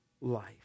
life